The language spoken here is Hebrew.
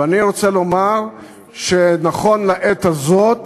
ואני רוצה לומר שנכון לעת הזאת,